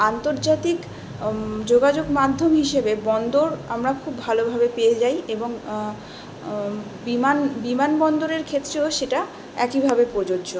আন্তর্জাতিক যোগাযোগ মাধ্যম হিসেবে বন্দর আমরা খুব ভালোভাবে পেয়ে যাই এবং বিমান বিমানবন্দরের ক্ষেত্রেও সেটা একইভাবে প্রযোজ্য